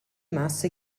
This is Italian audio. masse